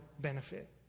benefit